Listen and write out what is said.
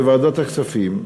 בוועדת הכספים,